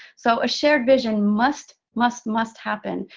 so a shared vision must, must, must happen.